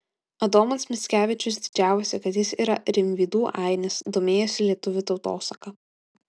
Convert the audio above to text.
adomas mickevičius didžiavosi kad jis yra rimvydų ainis domėjosi lietuvių tautosaka